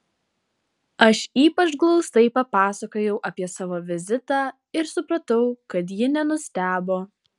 aš ypač glaustai papasakojau apie savo vizitą ir supratau kad ji nenustebo